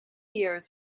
years